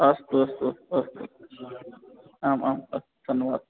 अस्तु अस्तु अस्तु आम् आं धन्यवादः